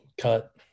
cut